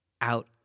out